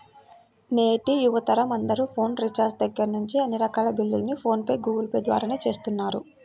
నేటి యువతరం అందరూ ఫోన్ రీఛార్జి దగ్గర్నుంచి అన్ని రకాల బిల్లుల్ని ఫోన్ పే, గూగుల్ పే ల ద్వారానే చేస్తున్నారు